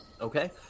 Okay